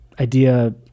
idea